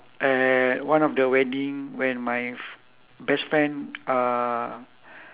at one of the wedding when my f~ best friend uh